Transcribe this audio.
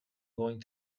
going